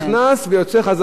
זה המסר שצריך להיות.